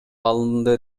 алынды